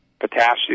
potassium